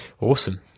Awesome